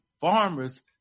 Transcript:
farmers